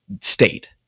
State